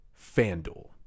FanDuel